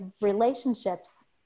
relationships